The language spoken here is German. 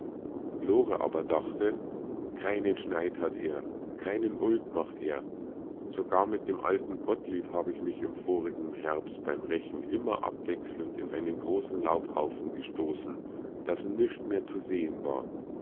lore aber dachte keinen schneid hat er keinen ulk macht er sogar mit dem alten gottlieb hab ich mich im vorigen herbst beim rechen immer abwechselnd in einen großen laubhaufen gestoßen daß nischt mehr zu sehen war